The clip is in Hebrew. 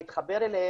אני אתחבר אליהם,